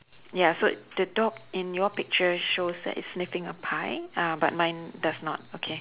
ya so the dog in your picture shows that it's sniffing a pie uh but mine does not okay